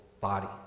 body